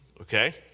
Okay